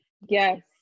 yes